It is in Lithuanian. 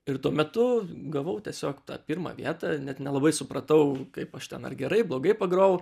ir tuo metu gavau tiesiog tą pirmą vietą net nelabai supratau kaip aš ten ar gerai blogai pagrojau